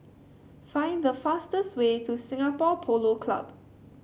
find the fastest way to Singapore Polo Club